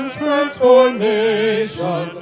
transformation